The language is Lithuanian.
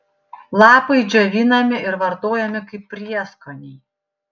lapai džiovinami ir vartojami kaip prieskoniai